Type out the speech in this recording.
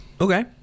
okay